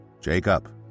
Jacob